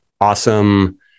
awesome